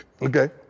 Okay